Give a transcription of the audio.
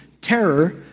terror